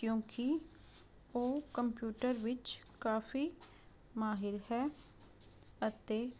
ਕਿਉਂਕਿ ਉਹ ਕੰਪਿਊਟਰ ਵਿੱਚ ਕਾਫੀ ਮਾਹਿਰ ਹੈ ਅਤੇ